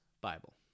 Bible